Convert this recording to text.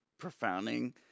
profounding